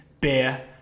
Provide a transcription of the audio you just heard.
beer